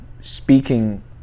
speaking